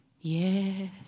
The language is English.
yes